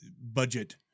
budget